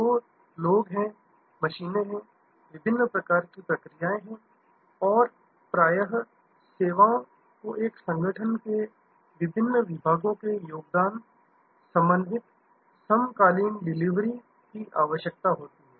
तो लोग हैं मशीनें हैं विभिन्न प्रकार की प्रक्रियाएं हैं और प्रायः सेवाओं को एक संगठन के विभिन्न विभागों के योगदान समन्वित समकालीन डिलीवरी की आवश्यकता होती है